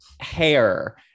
hair